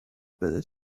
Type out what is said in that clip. byddet